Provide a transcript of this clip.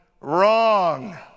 Wrong